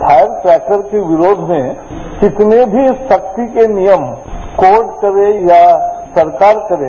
fire क्रे कर के विरोध में कितने भी सख्ती के नियम कोर्ट करे या सरकार करे